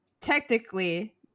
technically